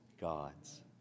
God's